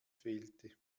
fehlte